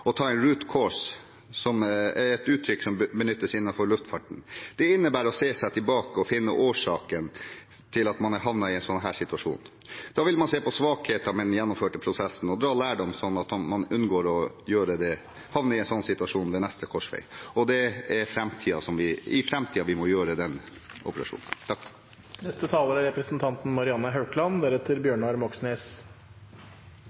ta en «root cause»-analyse, som er et begrep som benyttes innen luftfarten. Det innebærer å se seg tilbake og finne årsaken til at man har havnet i en situasjon. Da vil man se på svakhetene med den gjennomførte prosessen og dra lærdom, slik at man kan unngå å havne i en slik situasjon ved neste korsvei. Det er i framtiden vi må gjøre den operasjonen.